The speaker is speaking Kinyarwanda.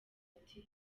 ati